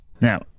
Now